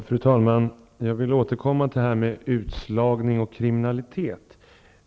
Fru talman! Jag vill återkomma till detta med utslagning och kriminalitet.